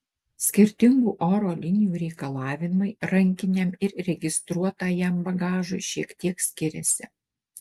skirtingų oro linijų reikalavimai rankiniam ir registruotajam bagažui šiek tiek skiriasi